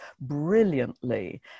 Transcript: brilliantly